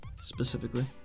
specifically